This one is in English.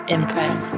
Impress